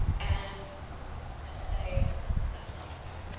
and to say i love you.